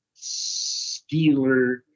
Steeler